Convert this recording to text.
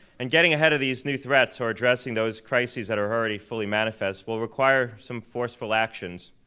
and getting ahead of these new threats, or addressing those crises that are already fully manifest will require some forceful actions.